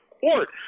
court